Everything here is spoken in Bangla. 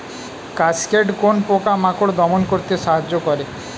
কাসকেড কোন পোকা মাকড় দমন করতে সাহায্য করে?